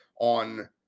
on